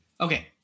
Okay